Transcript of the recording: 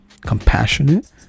compassionate